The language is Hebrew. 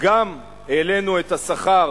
גם העלינו את השכר